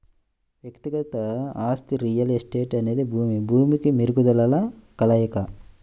వ్యక్తిగత ఆస్తి రియల్ ఎస్టేట్అనేది భూమి, భూమికి మెరుగుదలల కలయిక